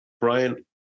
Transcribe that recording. brian